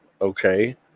Okay